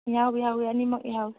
ꯌꯥꯎꯏ ꯌꯥꯎꯏ ꯑꯅꯤꯃꯛ ꯌꯥꯎꯏ